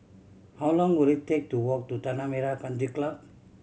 how long will it take to walk to Tanah Merah Come Club